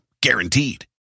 Guaranteed